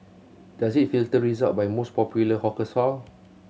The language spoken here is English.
does it filter result by most popular hawker stall